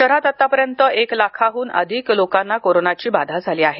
शहरात आतापर्यंत एक लाखाहन अधिक लोकांना कोरोनाची बाधा झाली आहे